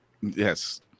Yes